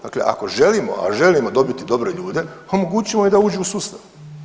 Dakle, ako želimo, a želimo dobiti dobre ljude, omogućimo im da uđu u sustav.